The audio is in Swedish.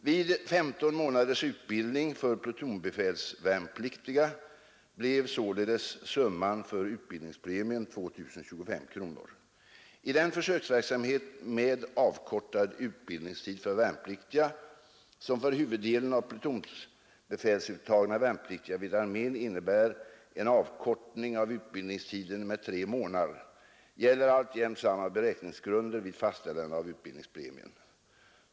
Vid 15 månaders utbildning för plutonsbefälsvärnpliktiga blev således summan för utbildningspremien 2 025 kronor. I den försöksverksamhet med avkortad utbildningstid för värnpliktiga, som för huvuddelen av de plutonsbefälsuttagna värnpliktiga vid armén innebär en avkortning av utbildningstiden med tre månader, gäller alltjämt samma beräkningsgrunder vid fastställande av utbildningspremien.